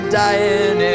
dying